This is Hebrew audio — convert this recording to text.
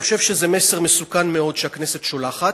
אני חושב שזה מסר מסוכן מאוד שהכנסת שולחת,